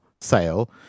sale